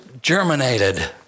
germinated